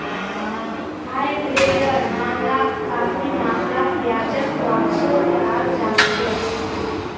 हाइब्रिडेर मामलात काफी मात्रात ब्याजक वापसो कराल जा छेक